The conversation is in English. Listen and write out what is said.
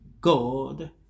God